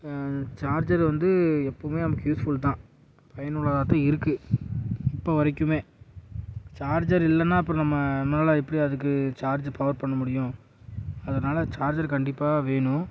charger வந்து எப்போவுமே நமக்கு யூஸ்ஃபுல்தான் பயனுள்ளதாக தான் இருக்கும் இப்போ வரைக்குமே சார்ஜர் இல்லைனா அப்புறம் நம்ம நம்மளால் எப்படி அதுக்கு சார்ஜு பவர் பண்ண முடியும் அதனால் சார்ஜர் கண்டிப்பாக வேணும்